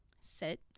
sit